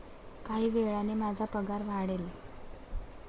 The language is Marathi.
काही वेळाने माझा पगार वाढेल